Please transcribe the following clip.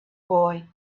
boy